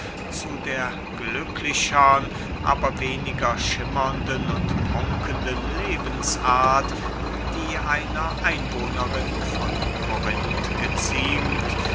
zu der glücklichern aber weniger schimmernden und prunkenden lebensart die einer einwohnerin von korinth geziemt